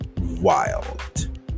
wild